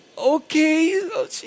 Okay